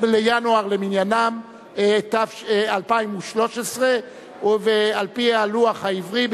2013 למניינם, ועל-פי הלוח העברי,